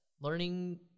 learning